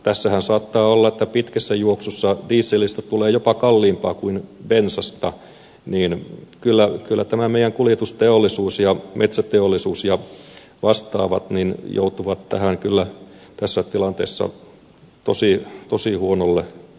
tässähän saattaa olla että pitkässä juoksussa dieselistä tulee jopa kalliimpaa kuin bensasta niin kyllä tämä meidän kuljetusteollisuus ja metsäteollisuus ja vastaavat joutuvat tässä tilanteessa tosi huonolle tolalle